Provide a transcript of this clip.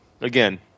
again